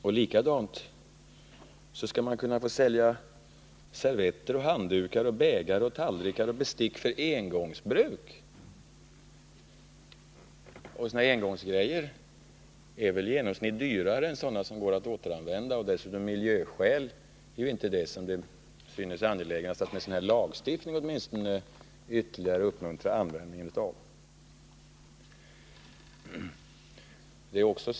Man skulle också kunna få sälja servetter, handdukar, bägare, tallrikar och bestick för engångsbruk. Engångsgrejer är väl genomsnittligt dyrare än sådana som går att återanvända. Dessutom synes det av miljöskäl inte vara det mest angelägna att genom lagstiftning ytterligare uppmuntra användningen av engångsartiklar.